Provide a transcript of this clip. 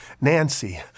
Nancy